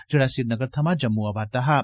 जेहड़ा श्रीनगर थमां जम्मू आवा'रदा हा